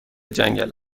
جنگل